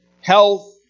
health